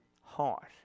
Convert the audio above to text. heart